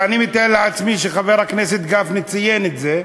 ואני מתאר לעצמי שחבר הכנסת גפני ציין את זה,